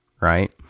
right